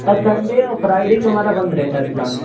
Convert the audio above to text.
اور سنڈے اور فرائیڈے کو ہمارا بند رہتا ہے دکان